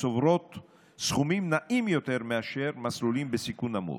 וצוברות סכומים נאים יותר מאשר מסלולים בסיכון נמוך,